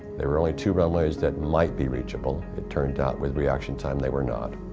there were only two runways that might be reachable. it turned out with reaction time, they were not.